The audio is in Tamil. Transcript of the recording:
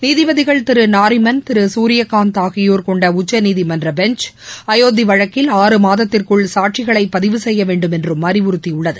நீதிபதிகள் திரு நாரிமன் திரு சூர்யகாந்த் ஆகியோர் கொண்ட உச்சநீதிமன்ற பெஞ்ச் அயோத்தி வழக்கில் ஆறு மாதத்திற்குள் சாட்சிகளை பதிவு செய்யவேண்டும் என்றும் அறிவுறுத்தியுள்ளது